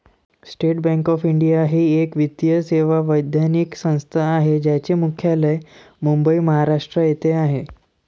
state bank of India ही एक वित्तीय सेवा वैधानिक संस्था आहे ज्याचे मुख्यालय मुंबई, महाराष्ट्र येथे आहे